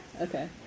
Okay